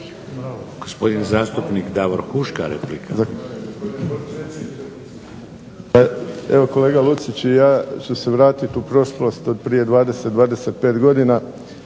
Gospodin zastupnik Davor Huška, replika.